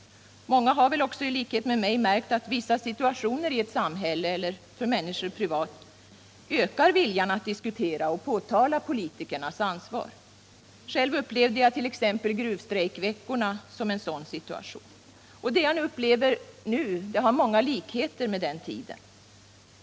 Många har väl också i likhet med mig märkt att vissa situationer i ett samhälle eller för människor privat ökar viljan att diskutera och påtala politikernas ansvar. Själv upplevde jag t.ex. gruvstrejkveckorna som en sådan situation. Det jag upplever nu har många likheter med den tiden.